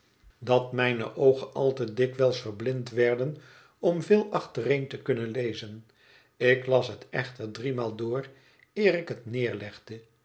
dat mijne oogen al te dikwijls verblind werden om veel achtereen te kunnen lezen ik las het echter driemaal door eer ik het neerlegde